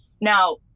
Now